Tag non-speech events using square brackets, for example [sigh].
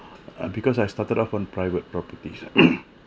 err because I started off on private properties [coughs]